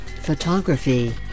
photography